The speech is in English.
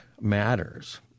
matters